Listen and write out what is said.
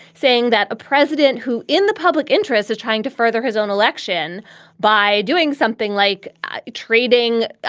saying that a president who in the public interest is trying to further his own election by doing something like trading,